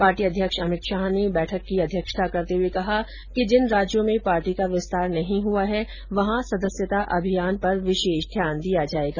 party अध्यक्ष अमित शाह ने बैठक की अध्यक्षता करते हुए कहा कि जिन राज्यों में पार्टी का विस्तार नहीं हुआ है वहां सदस्यता अभियान पर विशेष ध्यान दिया जायेगा